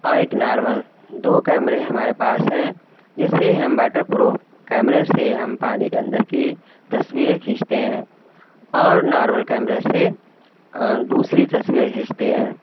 اور ایک نارمل دو کیمرے ہمارے پاس ہیں جس سے ہم واٹر پروف کیمرے سے ہم پانی کے اندر کی تصویریں کھینچتے ہیں اور نارمل کیمرے سے دوسری تصویریں کھینچتے ہیں